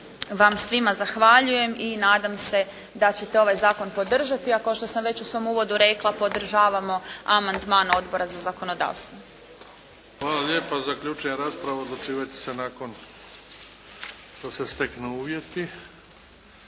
vam svima zahvaljujem i nadam se da ćete ovaj zakon podržati, a kao što sam već u svom uvodu rekla, podržavamo amandman Odbora za zakonodavstvo. **Bebić, Luka (HDZ)** Hvala lijepo. Zaključujem raspravu, odlučivati će se nakon što se steknu uvjeti.